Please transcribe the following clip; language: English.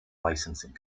licensing